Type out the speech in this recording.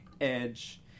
edge